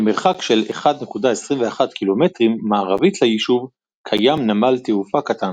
במרחק של 1.21 קילומטרים מערבית ליישוב קיים נמל תעופה קטן.